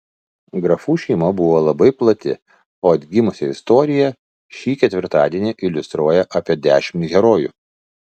grafų šeima buvo labai plati o atgimusią istoriją šį ketvirtadienį iliustruoja apie dešimt herojų